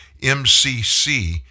MCC